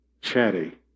chatty